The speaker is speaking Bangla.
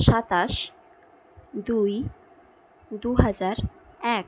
সাতাশ দুই দুহাজার এক